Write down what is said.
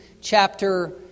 chapter